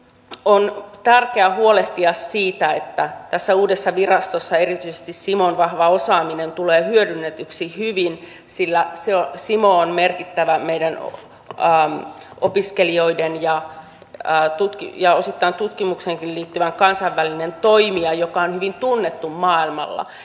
kuitenkin on tärkeää huolehtia siitä että tässä uudessa virastossa erityisesti cimon vahva osaaminen tulee hyödynnetyksi hyvin sillä cimo on merkittävä meidän opiskelijoihimme ja osittain tutkimukseenkin liittyvä kansainvälinen toimija joka on hyvin tunnettu maailmalla